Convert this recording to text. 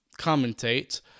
commentate